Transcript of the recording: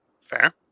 Fair